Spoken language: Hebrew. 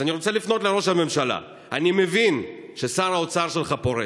אז אני רוצה לפנות לראש הממשלה: אני מבין ששר האוצר שלך פורש,